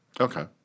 Okay